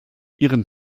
ihren